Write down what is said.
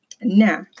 Now